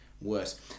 worse